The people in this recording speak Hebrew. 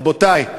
רבותי,